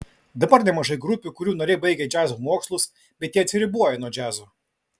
dabar nemažai grupių kurių nariai baigę džiazo mokslus bet jie atsiriboja nuo džiazo